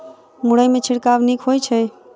मुरई मे छिड़काव नीक होइ छै?